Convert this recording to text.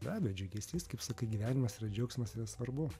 be abejo džiugesys kaip sakai gyvenimas yra džiaugsmas nesvarbu